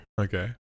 Okay